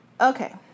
Okay